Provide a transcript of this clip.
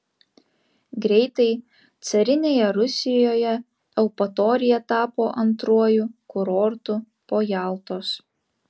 greitai carinėje rusijoje eupatorija tapo antruoju kurortu po jaltos